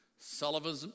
Sullivan